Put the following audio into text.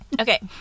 Okay